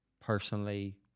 personally